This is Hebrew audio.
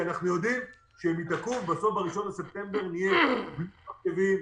כי אנחנו יודעים שהם ייתקעו ובסוף ב-1 בספטמבר נהיה בלי מחשבים,